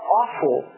awful